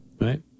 Right